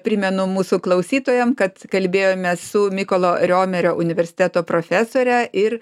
primenu mūsų klausytojam kad kalbėjome su mykolo riomerio universiteto profesore ir